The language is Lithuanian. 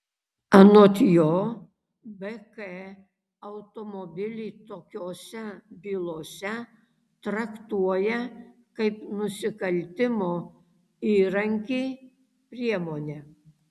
anot jo bk automobilį tokiose bylose traktuoja kaip nusikaltimo įrankį priemonę